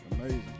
Amazing